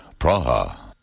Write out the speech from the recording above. Praha